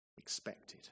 expected